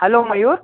hello Mayur